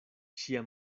ŝia